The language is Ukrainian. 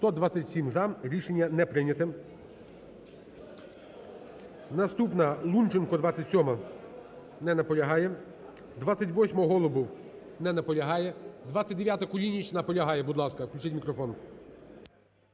За-127 Рішення не прийняте. Наступна, Лунченко, 27-а. Не наполягає. 28-а, Голубов. Не наполягає. 29-а, Кулініч. Наполягає. Будь ласка, включіть мікрофон.